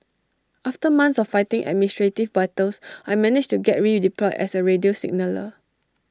after months of fighting administrative battles I managed to get redeployed as A radio signaller